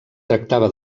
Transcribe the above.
tractava